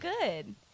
good